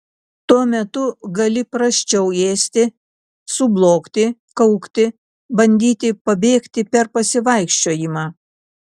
tuo metu gali prasčiau ėsti sublogti kaukti bandyti pabėgti per pasivaikščiojimą